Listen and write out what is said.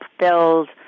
build